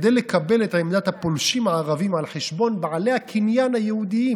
כדי לקבל את עמדת הפולשים הערבים על חשבון בעלי הקניין היהודים,